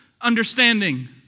understanding